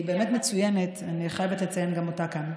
היא באמת מצוינת, ואני חייבת לציין גם אותה כאן.